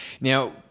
Now